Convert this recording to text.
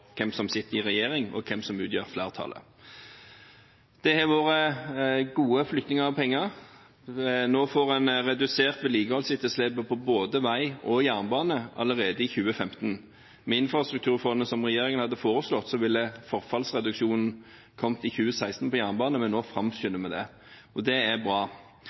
hvem som sitter i regjering, og hvem som utgjør flertallet. Det har vært gode flyttinger av penger. Nå får en redusert vedlikeholdsetterslepet på både vei og jernbane allerede i 2015. Med infrastrukturfondet, som regjeringen foreslo, ville forfallsreduksjonen på jernbane kommet i 2016. Nå framskynder vi det, og det er bra.